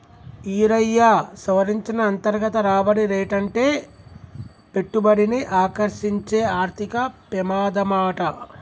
ఈరయ్యా, సవరించిన అంతర్గత రాబడి రేటంటే పెట్టుబడిని ఆకర్సించే ఆర్థిక పెమాదమాట